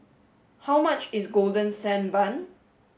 how much is golden sand bun